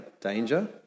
danger